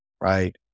right